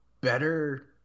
better